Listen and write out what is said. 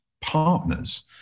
partners